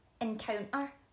...encounter